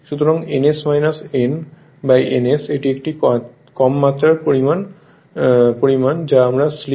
সুতরাং ns n ns এটি একটি মাত্রা কম পরিমাণ তাই আমরা স্লিপ s বলি